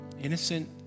innocent